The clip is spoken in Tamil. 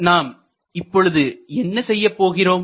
நாம் இப்பொழுது என்ன செய்யப்போகிறோம்